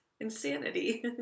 insanity